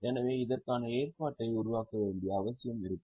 எனவே இதற்கான ஏற்பாட்டை உருவாக்க வேண்டிய அவசியம் இருக்கும்